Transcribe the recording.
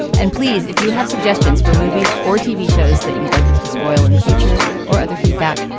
and please, if you have suggestions for movies or tv shows that you spoil in the future or other feedback,